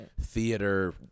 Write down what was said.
theater